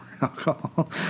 alcohol